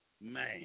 Man